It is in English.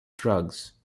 drugs